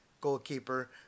goalkeeper